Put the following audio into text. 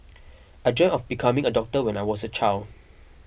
I dreamt of becoming a doctor when I was a child